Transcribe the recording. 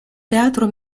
teatro